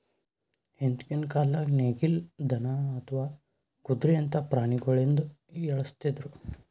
ಹಿಂದ್ಕಿನ್ ಕಾಲ್ದಾಗ ನೇಗಿಲ್, ದನಾ ಅಥವಾ ಕುದ್ರಿಯಂತಾ ಪ್ರಾಣಿಗೊಳಿಂದ ಎಳಸ್ತಿದ್ರು